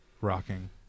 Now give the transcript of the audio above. rocking